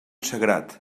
sagrat